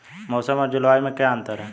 मौसम और जलवायु में क्या अंतर?